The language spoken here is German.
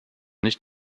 nicht